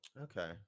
Okay